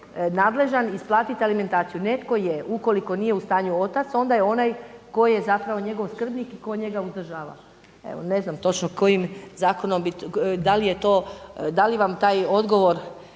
isplatiti alimentaciju. Netko je ukoliko nije u stanju otac onda je onaj tko je zapravo njegov skrbnik i ko njega uzdržava. Evo ne znam točno kojim zakonom bi, da li je vam taj odgovor